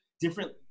different